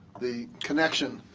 the connection